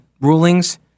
rulings